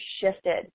shifted